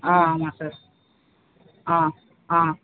ஆ ஆமாம் சார் ஆ ஆ